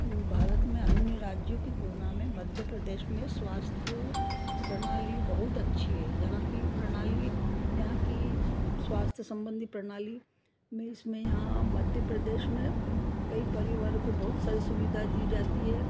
भारत में अन्य राज्यों की तुलना में मध्य प्रदेश में स्वास्थ्य प्रणाली बहुत अच्छी है यहाँ की प्रणाली यहाँ की स्वास्थ्य संबंधी प्रणाली में इसमें यहाँ मध्य प्रदेश में कई परिवारों को बहुत सारी सुविधा दी जाती है